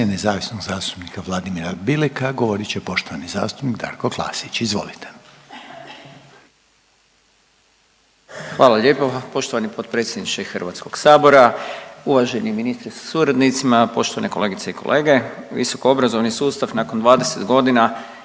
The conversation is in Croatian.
nezavisnog zastupnika Vladimira Bileka govorit će poštovani zastupnik Darko Klasić, izvolite. **Klasić, Darko (HSLS)** Hvala lijepo poštovani potpredsjedniče HS-a, uvaženi ministre sa suradnicima, poštovane kolegice i kolege. Visokoobrazovni sustav nakon 20 godina